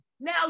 Now